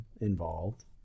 involved